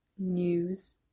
news